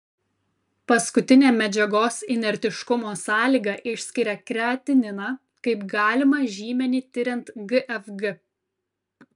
paskutinė medžiagos inertiškumo sąlyga išskiria kreatininą kaip galimą žymenį tiriant gfg